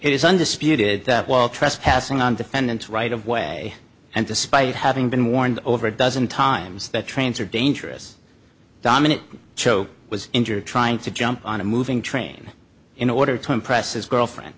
is undisputed that while trespassing on defendant's right of way and despite having been warned over a dozen times that trains are dangerous dominant cho was injured trying to jump on a moving train in order to impress his girlfriend